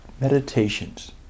meditations